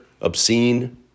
obscene